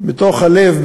מתוך הלב,